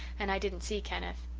and i didn't see kenneth.